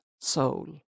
soul